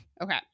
Okay